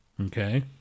Okay